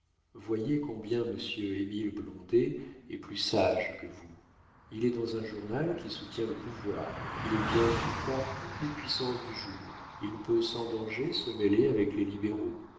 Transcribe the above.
voyez combien monsieur émile blondet est plus sage que vous il est dans un journal qui soutient le pouvoir il est bien vu par toutes les puissances du jour il peut sans danger se mêler avec les libéraux